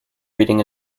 beating